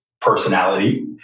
personality